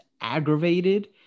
aggravated